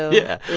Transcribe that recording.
yeah. well,